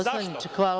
Zašto?